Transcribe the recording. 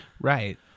Right